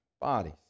bodies